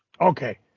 Okay